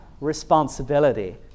Responsibility